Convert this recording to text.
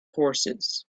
horses